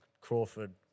Crawford